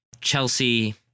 Chelsea